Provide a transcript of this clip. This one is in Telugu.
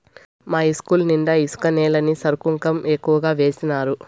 మా ఇస్కూలు నిండా ఇసుక నేలని సరుగుకం ఎక్కువగా వేసినారు